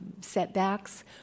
setbacks